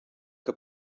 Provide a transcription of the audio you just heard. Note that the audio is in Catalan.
que